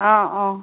অঁ অঁ